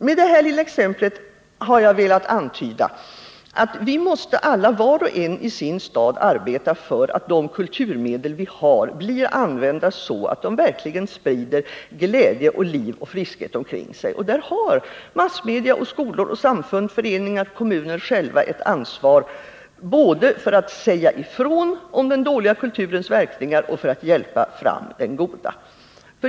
Med detta har jag velat antyda att vi alla, var och en i sin stad, måste arbeta för att de kulturmedel vi har blir använda så att de verkligen sprider glädje, liv och friskhet omkring sig. Där har massmedia, skolor, samfund, föreningar och kommuner ett ansvar både för att säga ifrån om den dåliga kulturens verkningar och för att hjälpa fram den goda.